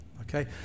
okay